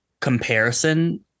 comparison